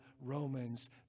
Romans